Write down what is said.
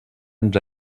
ens